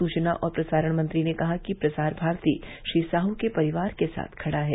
सूचना और प्रसारण मंत्री ने कहा कि प्रसार भारती श्री साहू के परिवार के साथ खड़ा है